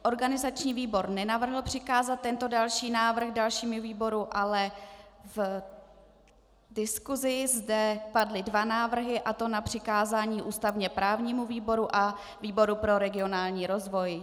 Organizační výbor nenavrhl přikázat tento další návrh dalšímu výboru, ale v diskusi zde padly dva návrhy, a to na přikázání ústavněprávnímu výboru a výboru pro regionální rozvoj.